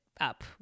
up